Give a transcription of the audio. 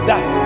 Die